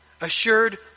Assured